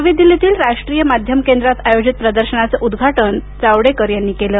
नवी दिल्लीतील राष्ट्रीय माध्यम केंद्रात आयोजित प्रदर्शनाचं उद्घाटनही जावडेकर यांच्या हस्ते झालं